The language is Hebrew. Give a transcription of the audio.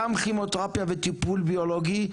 גם כימותרפיה וטיפול ביולוגי,